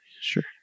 Sure